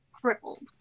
crippled